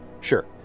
Sure